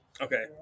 Okay